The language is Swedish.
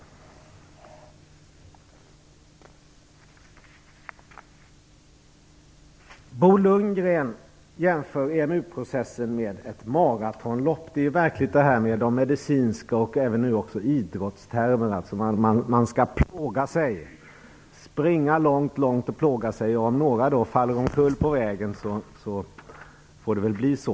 Bo Lundgren jämför EMU-processen vid ett maratonlopp. Det är märkligt med dessa medicinska, och nu alltså också idrottsliga, termer. Man skall plåga sig och springa långt, och om några faller omkull på vägen så får det väl bli så.